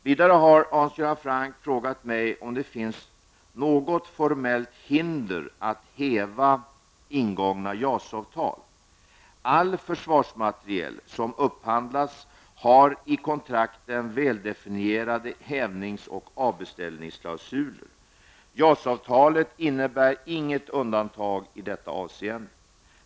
Vidare har Hans Göran Franck frågat mig om det finns något formellt hinder att häva ingångna JAS avtal. All försvarsmateriel som upphandlas har i kontrakten väldefinerade hävnings och avbeställningsklausuler. JAS-avtalet innebär inget undantag i detta avseende.